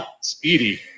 speedy